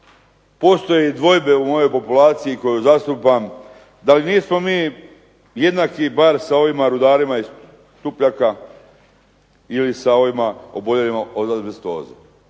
postoje dvojbe u mojoj populaciji koju zastupam, da li nismo mi jednaki bar sa ovima rudarima iz …/Govornik se ne razumije./… ili sa ovima oboljelima od azbestoze.